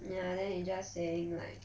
ya then he just saying like